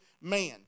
man